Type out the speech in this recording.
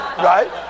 Right